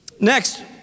Next